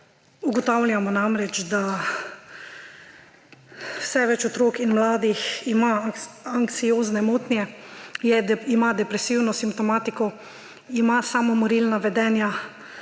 Ugotavljamo namreč, da vse več otrok in mladih ima anksiozne motnje, ima depresivno simptomatiko, ima samomorilna vedenja,